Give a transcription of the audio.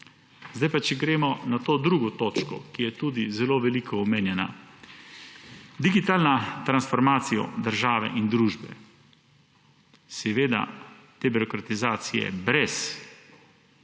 Zdaj pa če gremo na to drugo točko, ki je tudi zelo veliko omenjena. Digitalne transformacije države in družbe, seveda te birokratizacije, brez